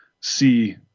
see